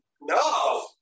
No